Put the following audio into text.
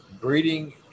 Breeding